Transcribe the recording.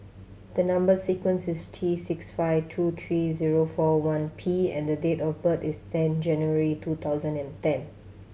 the number sequence is T six five two three zero four one P and the date of birth is ten January two thousand and ten